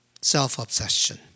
Self-obsession